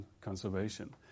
conservation